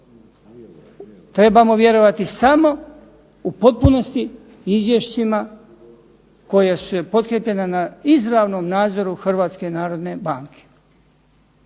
Trebamo vjerovati samo u potpunosti izvješćima koja su potkrepljena na izravnom nadzoru Hrvatske narodne banke.